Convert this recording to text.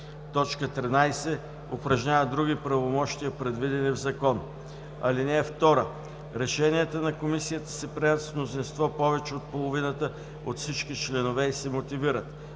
и 4; 13. упражнява други правомощия, предвидени в закон. (2) Решенията на Комисията се приемат с мнозинство повече от половината от всички членове и се мотивират.